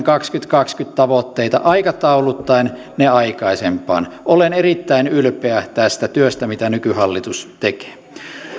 kaksituhattakaksikymmentä tavoitteita aikatauluttaen ne aikaisempaan olen erittäin ylpeä tästä työstä mitä nykyhallitus tekee